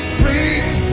breathe